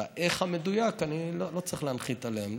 את האיך המדויק אני לא צריך להנחית עליהם,